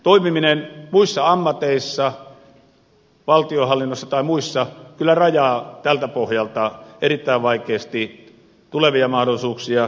toimimista eri ammateissa valtionhallinnossa tai muissa tämä kyllä rajaa tältä pohjalta erittäin vaikeasti tulevia mahdollisuuksia